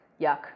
Yuck